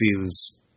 feels